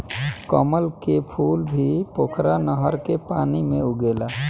कमल के फूल भी पोखरा नहर के पानी में उगेला